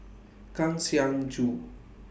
Kang Siong Joo